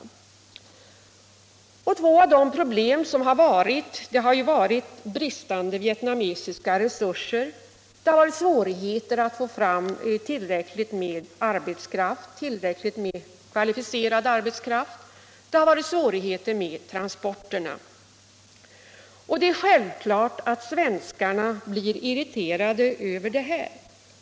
Två av de problem som har funnits har berott på bristande vietnamesiska resurser, nämligen dels svårigheter att få fram tillräckligt med kvalificerad arbetskraft, dels svårigheter med transporterna. Det är självklart att svenskarna blir irriterade över det här.